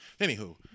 Anywho